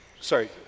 sorry